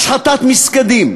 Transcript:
השחתת מסגדים,